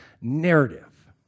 narrative